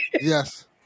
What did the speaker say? Yes